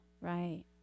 Right